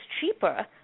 cheaper